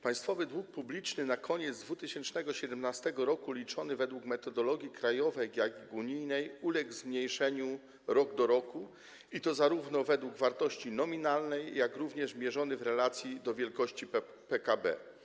Państwowy dług publiczny na koniec 2017 r., liczony według metodologii krajowej, jak i unijnej, uległ zmniejszeniu rok do roku, i to zarówno według wartości nominalnej, jak i mierzony w relacji do wielkości PKB.